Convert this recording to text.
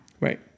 Right